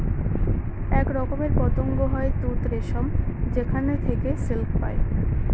এক রকমের পতঙ্গ হয় তুত রেশম যেখানে থেকে সিল্ক পায়